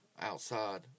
outside